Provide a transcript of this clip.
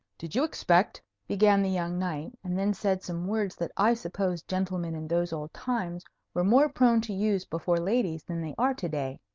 did you expect began the young knight, and then said some words that i suppose gentlemen in those old times were more prone to use before ladies than they are to-day.